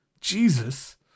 Jesus